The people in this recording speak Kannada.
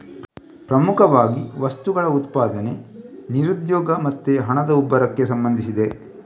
ಪ್ರಮುಖವಾಗಿ ವಸ್ತುಗಳ ಉತ್ಪಾದನೆ, ನಿರುದ್ಯೋಗ ಮತ್ತೆ ಹಣದ ಉಬ್ಬರಕ್ಕೆ ಸಂಬಂಧಿಸಿದೆ